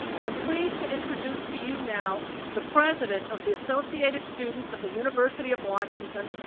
i am pleased to introduce to you now the president of the associated students of the university of washington,